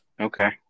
Okay